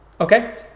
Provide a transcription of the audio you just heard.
Okay